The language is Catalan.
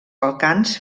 balcans